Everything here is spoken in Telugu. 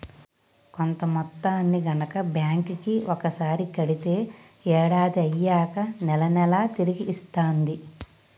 కొంత మొత్తాన్ని గనక బ్యాంక్ కి ఒకసారి కడితే ఏడాది అయ్యాక నెల నెలా తిరిగి ఇస్తాంది